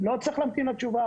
לא צריך להמתין לתשובה,